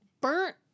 burnt